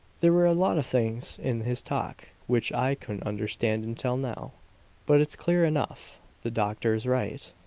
there were a lot of things in his talk which i couldn't understand until now but it's clear enough the doctor's right.